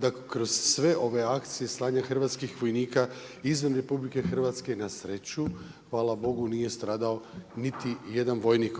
da kroz sve ove akcije slanja hrvatskih vojnika izvan RH na sreću hvala Bogu nije stradao niti jedan vojnik